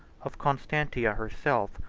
of constantia herself,